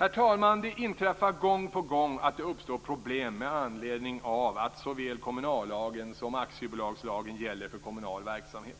Herr talman! Det inträffar gång på gång att det uppstår problem med anledning av att såväl kommunallagen som aktiebolagslagen gäller för kommunal verksamhet.